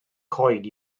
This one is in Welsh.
coed